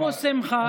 איפה שמחה?